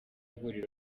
ihuriro